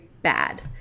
Bad